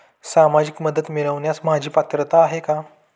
सामाजिक मदत मिळवण्यास माझी पात्रता आहे का?